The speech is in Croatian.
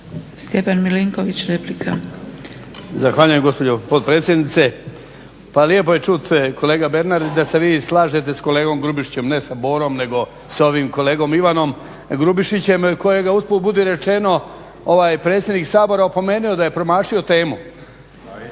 **Milinković, Stjepan (HDZ)** Zahvaljujem gospodo potpredsjednice. Pa lijepo je čuti, kolega Bernardić da se vi i slažete sa kolegom Grubišićem, ne sa Borom nego sa ovim kolegom Ivanom Grubišićem kojega usput budi rečeno, predsjednik Sabora opomenuo da je promašio temu.